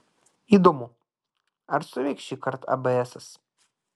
įdomu ar suveiks šįkart abėesas